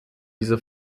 diese